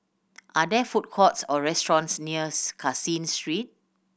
are there food courts or restaurants near Caseen Street